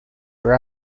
for